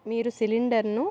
మీరు సిలిండర్ను